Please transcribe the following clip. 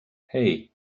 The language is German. hei